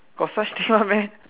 got such thing one meh